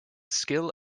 skill